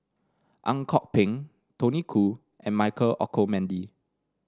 Ang Kok Peng Tony Khoo and Michael Olcomendy